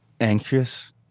Anxious